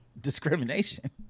discrimination